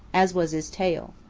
as was his tail.